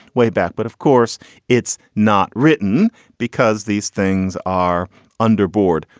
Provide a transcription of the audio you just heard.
way back. but of course it's not written because these things are under board.